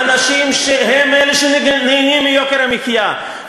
האנשים שנהנים מיוקר המחיה,